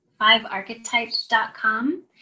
fivearchetypes.com